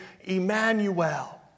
Emmanuel